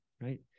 right